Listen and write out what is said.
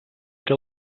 que